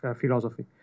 philosophy